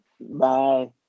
Bye